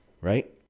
right